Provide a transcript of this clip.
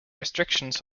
restrictions